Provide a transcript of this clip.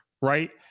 right